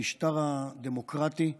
למשטר הדמוקרטי.